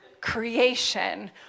creation